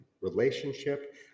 relationship